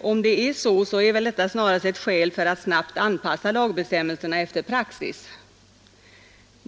Om det är så, är väl detta snarast ett skäl att snabbt anpassa lagbestämmelsen efter praxis.